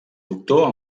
doctor